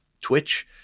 Twitch